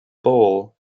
bole